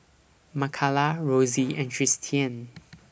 Makala Rosy and Tristian